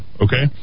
okay